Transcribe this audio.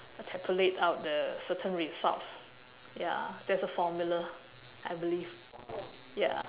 tabulate out the certain results ya there's a formula I believe ya